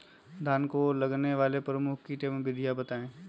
धान में लगने वाले प्रमुख कीट एवं विधियां बताएं?